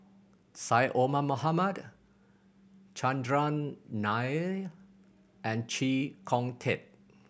Syed Omar Mohamed Chandran Nair and Chee Kong Tet